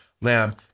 Lamb